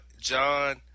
John